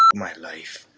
my life.